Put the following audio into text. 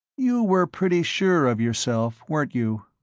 you were pretty sure of yourself, weren't you?